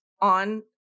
on